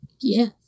Yes